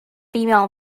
female